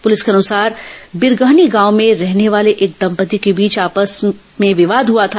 police के अनुसार बिरगहनी गांव में रहने वाले एक दंपत्ति के बीच आपसी विवाद हुआ था